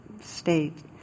state